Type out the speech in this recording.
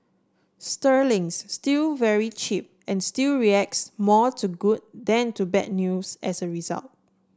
sterling's still very cheap and still reacts more to good than to bad news as a result